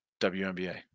WNBA